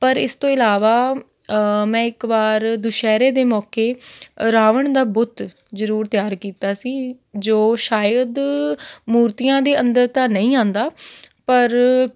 ਪਰ ਇਸ ਤੋਂ ਇਲਾਵਾ ਮੈਂ ਇੱਕ ਵਾਰ ਦੁਸਹਿਰੇ ਦੇ ਮੌਕੇ ਰਾਵਣ ਦਾ ਬੁੱਤ ਜ਼ਰੂਰ ਤਿਆਰ ਕੀਤਾ ਸੀ ਜੋ ਸ਼ਾਇਦ ਮੂਰਤੀਆਂ ਦੇ ਅੰਦਰ ਤਾਂ ਨਹੀਂ ਆਉਂਦਾ ਪਰ